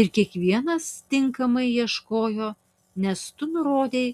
ir kiekvienas tinkamai ieškojo nes tu nurodei